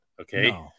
okay